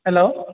hello